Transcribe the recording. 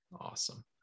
awesome